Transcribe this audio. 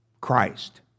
Christ